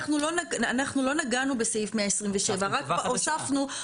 אנחנו לא נגענו בסעיף 127. רק הוספנו,